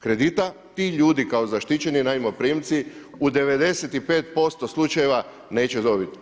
Kredita ti ljudi kao zaštićeni najmoprimci u 95% slučajeva neće dobiti.